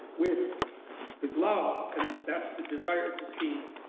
with with love and that's the desire to see